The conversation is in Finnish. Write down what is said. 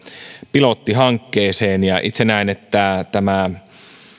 pilottihankkeeseen itse näen että